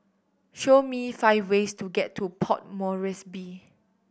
show me five ways to get to Port Moresby